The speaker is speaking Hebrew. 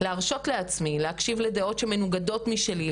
להרשות לעצמי להקשיב לדעות שמנוגדות משלי,